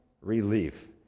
relief